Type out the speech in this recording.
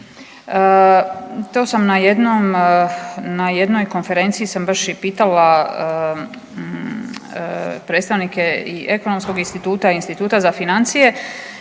na jednoj konferenciji sam baš i pitala predstavnike i Ekonomskog instituta i Instituta za financije